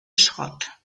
schrott